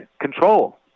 control